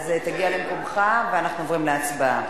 אז תגיע למקומך, ואנחנו עוברים להצבעה.